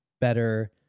better